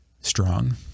strong